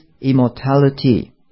immortality